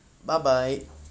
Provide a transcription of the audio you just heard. bye bye